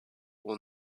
will